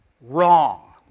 wrong